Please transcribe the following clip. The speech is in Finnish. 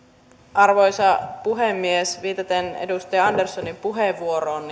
arvoisa puhemies viitaten edustaja anderssonin puheenvuoroon